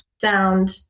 sound